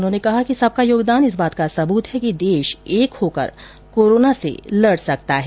उन्होंने कहा कि सबका योगदान इस बात का सबूत है कि देश एक होकर कोरोना से लड़ सकता है